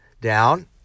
down